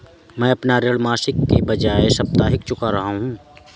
मैं अपना ऋण मासिक के बजाय साप्ताहिक चुका रहा हूँ